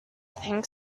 think